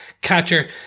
catcher